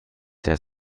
der